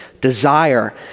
desire